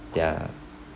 their